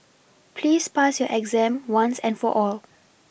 please pass your exam once and for all